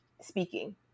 speaking